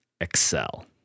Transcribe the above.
Excel